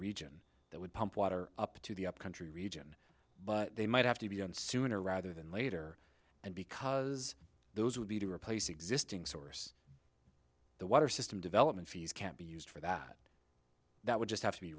region that would pump water up to the up country region but they might have to be done sooner rather than later and because those would be to replace existing source the water system development fees can't be used for that that would just